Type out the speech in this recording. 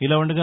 ఇలా ఉండగా